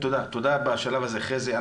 תודה בשלב הזה, חזי.